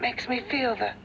makes me feel that